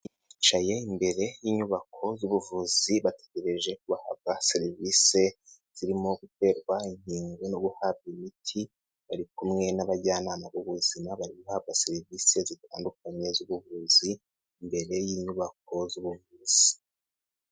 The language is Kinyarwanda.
Bicaye imbere y'inyubako z'ubuvuzi bategereje ko bahabwa serivisi zirimo guterwa inkingo no guhabwa imiti, bari kumwe n'abajyanama b'ubuzima bari guhabwa serivisi zitandukanye z'ubuvuzi imbere y'inyubako z'ubuvuzi.